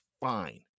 fine